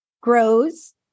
grows